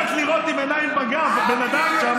מאיפה להם מה עמדתי לעשות?